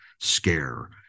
scare